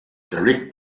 direct